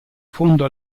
fondo